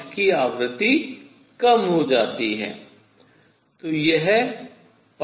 इसकी आवृत्ति कम हो जाती है